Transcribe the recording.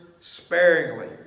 sparingly